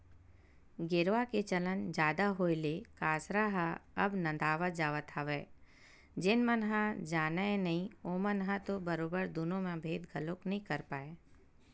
गेरवा के चलन जादा होय ले कांसरा ह अब नंदावत जावत हवय जेन मन ह जानय नइ ओमन ह तो बरोबर दुनो म भेंद घलोक नइ कर पाय